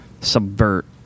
subvert